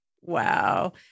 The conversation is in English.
Wow